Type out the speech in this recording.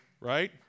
right